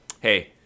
hey